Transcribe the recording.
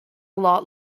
lot